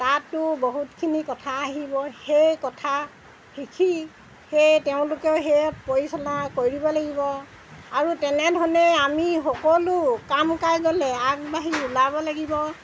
তাতো বহুতখিনি কথা আহিব সেই কথা শিকি সেই তেওঁলোকেও সেয়া পৰিচালনা কৰিব লাগিব আৰু তেনেধৰণেই আমি সকলো কাম কাজলৈ আগবাঢ়ি ওলাব লাগিব